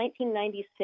1996